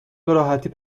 براحتی